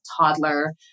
toddler